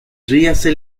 ríase